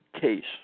case